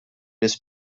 nies